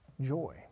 joy